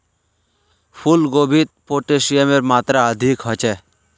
फूल गोभीत पोटेशियमेर मात्रा अधिक ह छे